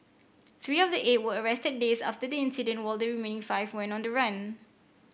three of the eight were arrested days after the incident while the remaining five went on the run